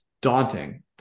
daunting